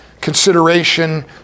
consideration